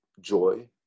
joy